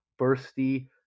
bursty